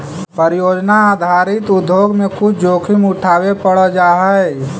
परियोजना आधारित उद्योग में कुछ जोखिम उठावे पड़ जा हई